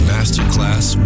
Masterclass